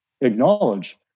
acknowledge